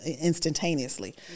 instantaneously